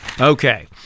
Okay